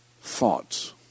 thoughts